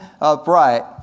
upright